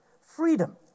Freedom